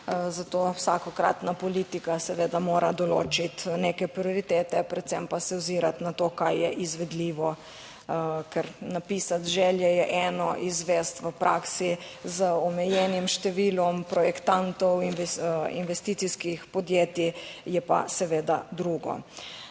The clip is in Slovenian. zato vsakokratna politika seveda mora določiti neke prioritete, predvsem pa se ozirati na to kaj je izvedljivo. Ker napisati želje je eno, izvesti v praksi z omejenim številom projektantov, investicijskih podjetij, je pa seveda drugo.